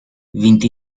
vint